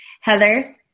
Heather